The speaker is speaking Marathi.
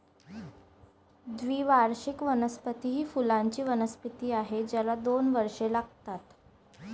द्विवार्षिक वनस्पती ही फुलांची वनस्पती आहे ज्याला दोन वर्षे लागतात